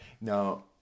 Now